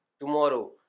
tomorrow